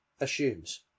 assumes